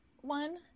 one